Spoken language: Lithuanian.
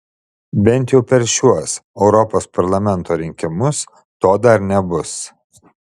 bent jau per šiuos europos parlamento rinkimus to dar nebus